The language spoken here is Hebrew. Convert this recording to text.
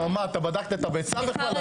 למה מה, אתה בדקת את הביצה בכלל?